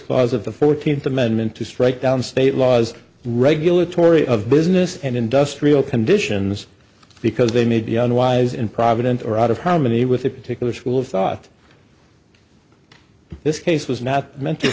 clause of the fourteenth amendment to strike down state laws regulatory of business and industrial conditions because they may be unwise in providence or out of harmony with a particular school of thought this case was not meant to